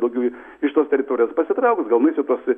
daugiau iš tos teritorijos pasitrauks gal nueis į tuos